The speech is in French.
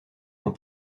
dans